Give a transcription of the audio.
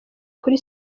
kuri